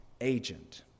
agent